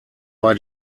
bei